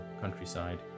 countryside